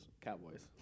Cowboys